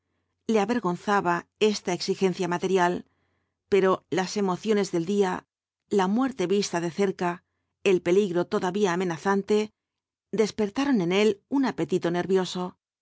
le avergonzaba esta exigencia material pero las emociones del día la muerte vista de cerca el peligro todavía amenazante despertaron en él un apetito nervioso